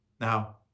Now